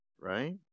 right